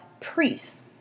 priests